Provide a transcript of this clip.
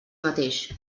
mateix